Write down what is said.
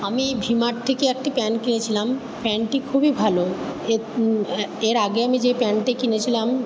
আমি V mart থেকে একটি প্যান্ট কিনেছিলাম প্যান্টটি খুবই ভালো এর এর আগে আমি যেই প্যান্টটি কিনেছিলাম